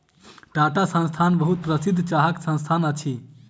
टाटा संस्थान बहुत प्रसिद्ध चाहक संस्थान अछि